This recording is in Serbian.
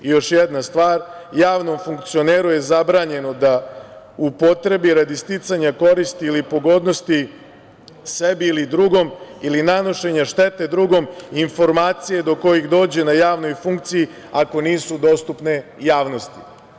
Još jedna stvar, javnom funkcioneru je zabranjeno da upotrebi radi sticanja koristi ili pogodnosti sebi ili drugom ili nanošenja štete drugom informacije do kojih dođe na javnoj funkciji ako nisu dostupne javnosti.